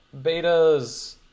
betas